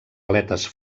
aletes